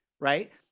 right